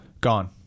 Gone